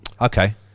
Okay